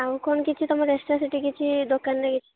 ଆଉ କ'ଣ କିଛି ତମର ଏକ୍ସଟ୍ରା ସେଠି କିଛି ଦୋକାନରେ କିଛି